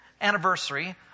anniversary